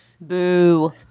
Boo